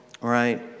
right